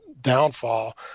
downfall